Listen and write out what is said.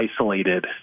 isolated